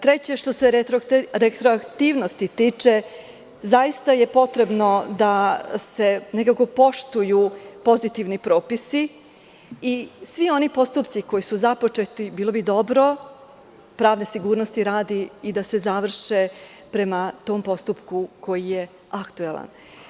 Treće, što se retroaktivnosti tiče, zaista je potrebno da se nekako poštuju pozitivni propisi i svi oni postupci koji su započeti, bilo bi dobro, pravne sigurnosti radi, i da se završe prema tom postupku koji je aktuelan.